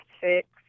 six